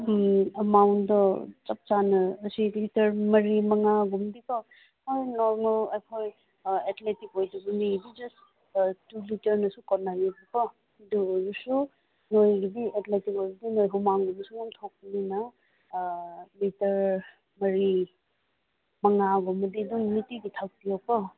ꯎꯝ ꯑꯃꯥꯎꯠꯗꯣ ꯆꯞ ꯆꯥꯅ ꯑꯁꯤꯗꯤ ꯂꯤꯇꯔ ꯃꯔꯤ ꯃꯉꯥꯒꯨꯝꯕꯗꯤꯀꯣ ꯑꯗꯨꯝ ꯅꯣꯔꯃꯦꯜ ꯑꯩꯈꯣꯏ ꯑꯦꯊꯂꯦꯇꯤꯛ ꯑꯣꯏꯗꯕ ꯃꯤꯒꯤꯗꯤ ꯖꯁ ꯇꯨ ꯂꯤꯇꯔꯅꯁꯨ ꯀꯣꯟꯅꯩꯌꯦꯕꯀꯣ ꯑꯗꯨ ꯑꯣꯏꯔꯁꯨ ꯅꯣꯏꯒꯤꯗꯤ ꯑꯦꯊꯂꯤꯇꯤꯛ ꯑꯣꯏꯕꯅꯤꯅ ꯍꯨꯃꯥꯡꯒꯨꯝꯕꯁꯨ ꯌꯥꯝ ꯊꯣꯛꯄꯅꯤꯅ ꯂꯤꯇꯔ ꯃꯔꯤ ꯃꯉꯥꯒꯨꯝꯕꯗꯤ ꯑꯗꯨꯝ ꯅꯨꯡꯇꯤꯒꯤ ꯊꯛꯄꯤꯌꯣꯀꯣ